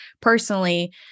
personally